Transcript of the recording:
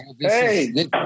Hey